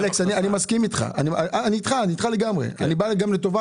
אני מסכים אתך, אני אתך לגמרי, אני גם בא לטובה.